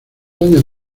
años